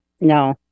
No